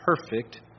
perfect